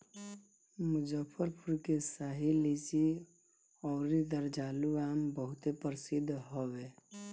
मुजफ्फरपुर के शाही लीची अउरी जर्दालू आम बहुते प्रसिद्ध हवे